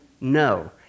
No